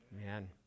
Amen